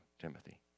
Timothy